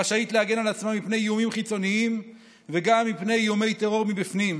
רשאית להגן על עצמה מפני איומים חיצוניים וגם מפני איומי טרור מבפנים.